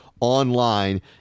online